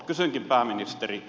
kysynkin pääministeri